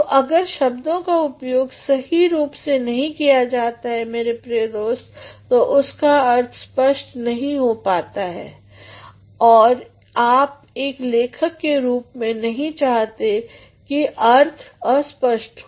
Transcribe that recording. तो अगर शब्दों का उपयोग सही रूप में नहीं किया जाता है मेरे प्रिय दोस्त तो उसकाअर्थ स्पष्ट नहीं हो पाटा है है आप एक लेखक के रूप में नही चाहते न कि अर्थ अस्पष्ट हो